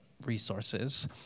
resources